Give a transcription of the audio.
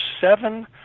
seven